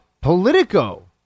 Politico